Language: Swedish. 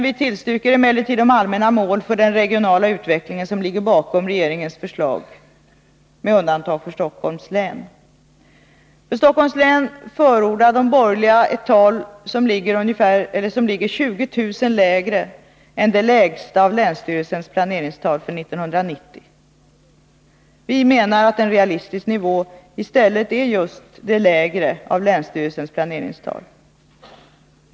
Vi tillstyrker emellertid de allmänna mål för den regionala utvecklingen som ligger bakom regeringens förslag, med undantag för Stockholms län. För Stockholms län förordar de borgerliga ett tal som ligger 20 000 lägre än det lägsta av länsstyrelsens planeringstal för 1990. Vi menar att en realistisk nivå i stället är just det lägre av länsstyrelsens planeringstal.